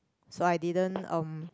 so I didn't um